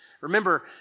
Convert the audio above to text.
Remember